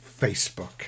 Facebook